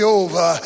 over